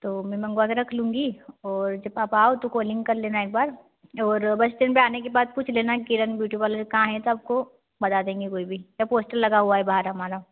तो मैं मंगवा कर रख लूँगी और जब आप आओ तो कॉलिंग कर लेना एक बार और बस स्टैंड पर आने के बाद पूछ लेना किरण ब्यूटी पार्लर कहाँ है तो आपको बता देंगे कोई भी ता पोस्टर लगा हुआ है बाहर हमारा